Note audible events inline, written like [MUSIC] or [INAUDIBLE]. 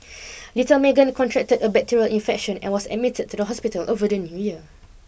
[NOISE] little Meagan contracted a bacterial infection and was admitted to the hospital over the new year